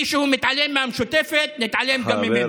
ואם מישהו מתעלם מהמשותפת, נתעלם גם ממנו.